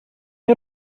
chi